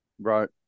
Right